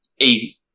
easy